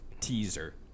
teaser